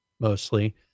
mostly